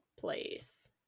place